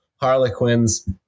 Harlequins